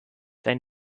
sein